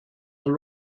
are